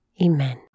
Amen